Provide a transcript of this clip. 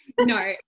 no